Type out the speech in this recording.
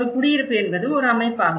ஒரு குடியிருப்பு என்பது ஒரு அமைப்பாகும்